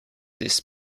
this